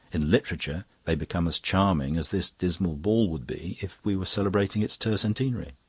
in literature they become as charming as this dismal ball would be if we were celebrating its tercentenary.